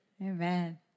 Amen